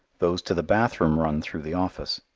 those to the bathroom run through the office.